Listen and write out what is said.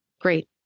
Great